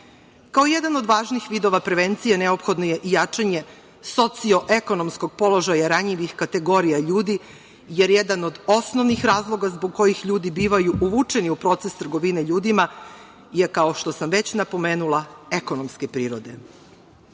Kao jedan od važnih vidova prevencije, neophodno je i jačanje socioekonomskog položaja ranjivih kategorija ljudi, jer jedan od osnovnih razloga zbog kojih ljudi bivaju uvučeni u proces trgovine ljudima je, kao što sam već napomenula, ekonomske prirode. Mi